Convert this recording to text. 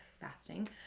fasting